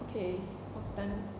okay okay done